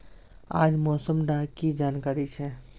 आज मौसम डा की जानकारी छै?